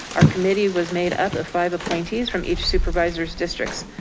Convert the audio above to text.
our committee was made up of five appointees from each supervisor's districts,